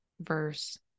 verse